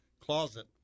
closet